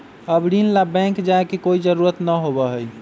अब ऋण ला बैंक जाय के कोई जरुरत ना होबा हई